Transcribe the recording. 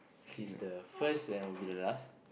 she's the first and will be the last